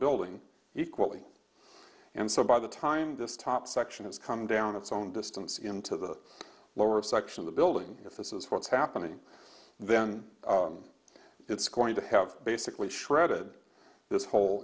building equally and so by the time this top section has come down its own distance into the lower section of the building if this is what's happening then it's going to have basically shredded this whole